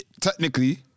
technically